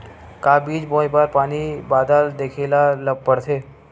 का बीज बोय बर पानी बादल देखेला पड़थे?